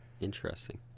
Interesting